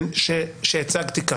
שהצגתי כאן.